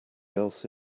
else